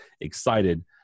excited